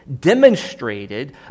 demonstrated